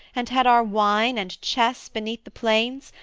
and had our wine and chess beneath the planes,